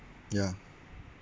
yeah